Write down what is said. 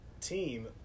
team –